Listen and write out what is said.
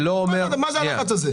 מה זה הלחץ הזה?